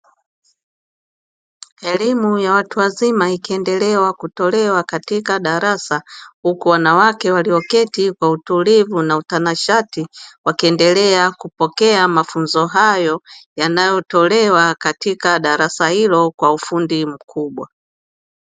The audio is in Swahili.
Elimu ya watu wazima ikiendelewa kutolewa katika darasa huku wanawake walioketi kwa utulivu na utanashati wakiendelea kupokea mafunzo hayo yanayotolewa katika darasa hilo kwa ufundi mkubwa.